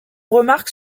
remarque